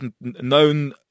known